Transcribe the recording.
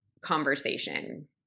conversation